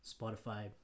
spotify